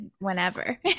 whenever